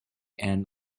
end